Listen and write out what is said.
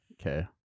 Okay